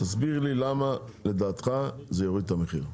תסביר לי למה לדעתך זה יוריד את המחיר.